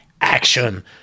action